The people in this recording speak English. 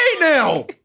now